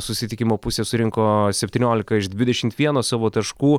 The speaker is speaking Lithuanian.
susitikimo pusę surinko septyniolika iš dvidešimt vieno savo taškų